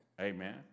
Amen